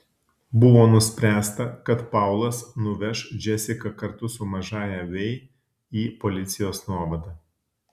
buvo nuspręsta kad paulas nuveš džesiką kartu su mažąja vei į policijos nuovadą